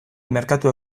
merkatu